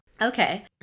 Okay